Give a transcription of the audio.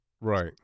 Right